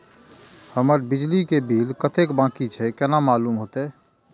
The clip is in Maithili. हमर बिजली के बिल कतेक बाकी छे केना मालूम होते?